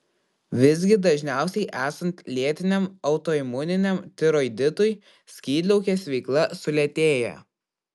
visgi dažniausiai esant lėtiniam autoimuniniam tiroiditui skydliaukės veikla sulėtėja